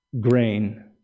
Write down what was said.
grain